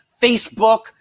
Facebook